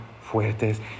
fuertes